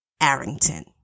Arrington